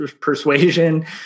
persuasion